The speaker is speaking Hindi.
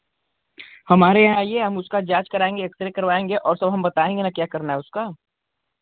हमारे यहाँ आइये हम उसका जाँच कराएँगे एक्स रे करवाएँगे और तो हम बताएँगे ना क्या करना है उसका